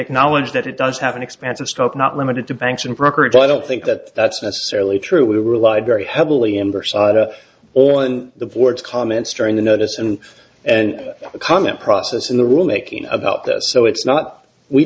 acknowledge that it does have an expansive stroke not limited to banks and brokerage i don't think that that's necessarily true we relied very heavily embers on the boards comments during the notice and and the comment process and the rule making about this so it's not we